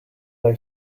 they